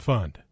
Fund